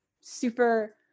super